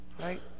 Right